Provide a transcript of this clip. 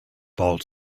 fault